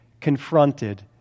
confronted